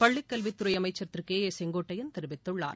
பள்ளிக்கல்வித்துறை அமைச்சர் திரு கே ஏ செங்கோட்டையன் தெரிவித்துள்ளார்